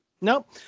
Nope